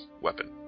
weapon